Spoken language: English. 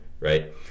Right